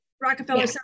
rockefeller